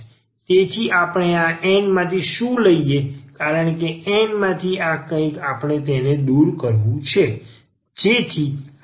તેથી આપણે આ N માંથી શું લઈએ કારણ કે N માંથી આ કંઈક આપણે તેને દૂર કરવું છે જેથી આ એકલા y નું ફંક્શન બની જાય